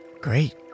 Great